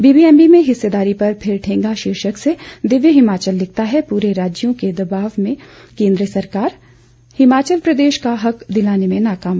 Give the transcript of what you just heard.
BBMB में हिस्सेदारी पर फिर ठेंगा शीर्षक से दिव्य हिमाचल लिखता है दूसरे राज्यों के दबाव में केंद्र सरकार हिमाचल प्रदेश का हक दिलाने में नाकाम